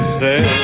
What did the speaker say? say